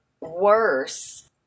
worse